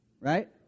right